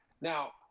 Now